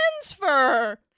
transfer